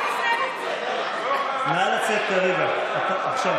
נא לצאת כרגע, עכשיו.